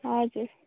हजुर